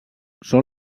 són